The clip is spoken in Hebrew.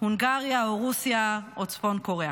הונגריה או רוסיה או צפון קוריאה.